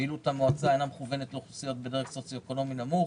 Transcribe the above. פעילות המועצה אינה מכוונת לאוכלוסיות בדרג סוציו-אקונומי נמוך.